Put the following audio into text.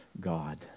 God